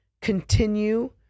continue